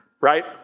right